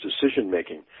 decision-making